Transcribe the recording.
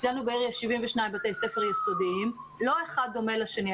אצלנו בעיר יש 72 בתי ספר יסודיים ואין האחד דומה לשני.